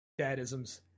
Dadisms